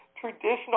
traditional